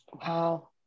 Wow